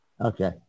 Okay